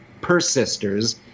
persisters